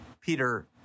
Peter